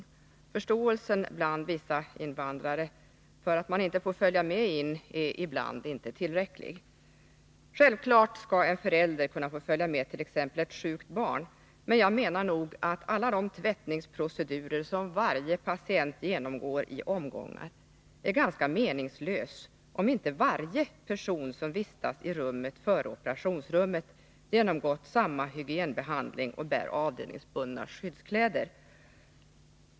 Förståelsen bland vissa invandrare för att man inte får följa med in är ibland inte tillräcklig. Självfallet skall en förälder kunna få följa med ett sjukt barn. Men jag menar nog att alla de tvättningsprocedurer som varje patient genomgår i omgångar är ganska meningslös, om inte varje person som vistas i rummet före operationsrummet genomgått samma hygienbehandling och bär avdelningsbundna skyddskläder.